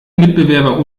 mitbewerber